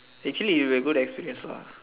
actually it will be a good experience lah